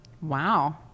wow